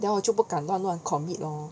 then 我就不敢乱乱 commit lor